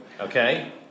Okay